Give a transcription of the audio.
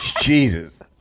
Jesus